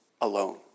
alone